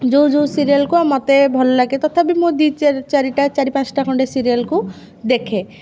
ଯେଉଁ ଯେଉଁ ସିରିଏଲକୁ ମତେ ଭଲ ଲାଗେ ତଥାପି ମୁଁ ଦୁଇ ଚାରି ଚାରିଟା ଚାରି ପାଞ୍ଚଟା ଖଣ୍ଡେ ସିରିଏଲକୁ ଦେଖେ